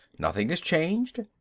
nothing has changed.